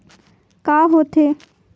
का होथे?